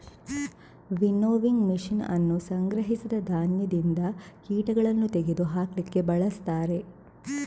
winnowing machine ಅನ್ನು ಸಂಗ್ರಹಿಸಿದ ಧಾನ್ಯದಿಂದ ಕೀಟಗಳನ್ನು ತೆಗೆದು ಹಾಕ್ಲಿಕ್ಕೆ ಬಳಸ್ತಾರೆ